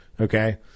Okay